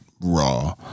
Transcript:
raw